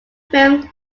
film